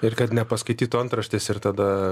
ir kad nepaskaitytų antraštės ir tada